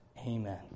Amen